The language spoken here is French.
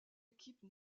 équipe